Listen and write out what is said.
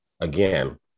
Again